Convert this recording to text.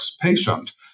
patient